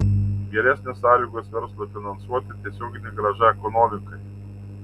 geresnės sąlygos verslui finansuoti tiesioginė grąža ekonomikai